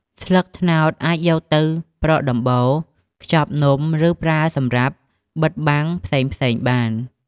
ស្លឹកត្នោតអាចយកទៅប្រក់ដំបូល ខ្ចប់នំ ឬប្រើសម្រាប់បិទបាំងផ្សេងៗបាន។